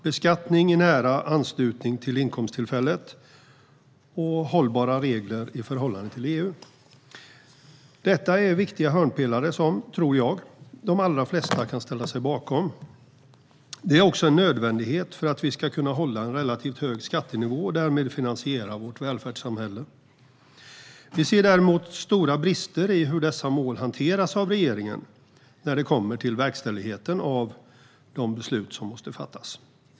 Beskattning i nära anslutning till inkomsttillfället. Hållbara regler i förhållande till EU. Dessa principer är viktiga hörnpelare som, tror jag, de allra flesta kan ställa sig bakom. Det är också en nödvändighet för att vi ska kunna hålla en relativt hög skattenivå och därmed finansiera vårt välfärdssamhälle. Vi ser däremot stora brister i hur dessa mål hanteras av regeringen när det kommer till verkställigheten av de beslut som måste fattas.